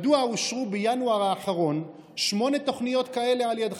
מדוע אושרו בינואר האחרון שמונה תוכניות כאלה על ידך,